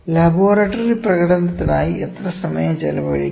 laboratory പ്രകടനത്തിനായി എത്ര സമയം ചെലവഴിക്കുന്നു